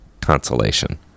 consolation